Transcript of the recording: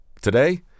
Today